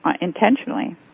Intentionally